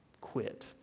quit